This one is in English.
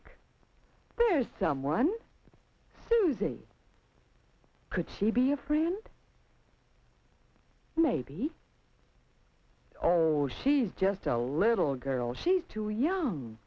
is someone suzy could she be your friend maybe oh she's just a little girl she's too young